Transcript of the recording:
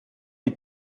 die